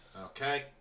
Okay